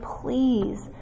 please